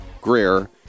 Greer